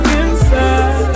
inside